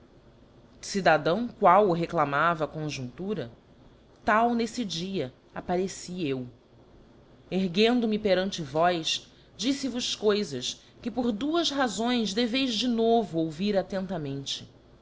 cidadão qual o reclamava a conjuntura tal n'efle dia appareci eu erguendo me perante vós difl e vos coifas que por duas razões deveis de novo ouvir attentamente